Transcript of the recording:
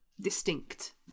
distinct